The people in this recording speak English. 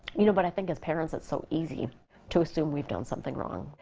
you know but i think as parents, it's so easy to assume we've done something wrong.